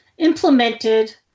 implemented